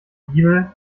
bibel